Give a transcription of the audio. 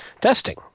testing